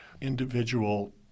individual